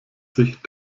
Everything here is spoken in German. sich